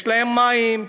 יש להם מים,